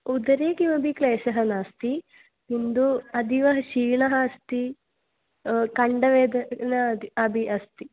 उदरे किमपि क्लेशः नास्ति किन्तु अतीवः क्षीणः अस्ति कण्ठवेदना अपि अस्ति